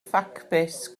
ffacbys